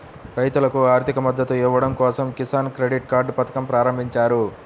రైతులకు ఆర్థిక మద్దతు ఇవ్వడం కోసం కిసాన్ క్రెడిట్ కార్డ్ పథకం ప్రారంభించారు